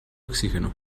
oxígeno